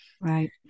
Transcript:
right